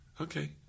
Okay